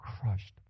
crushed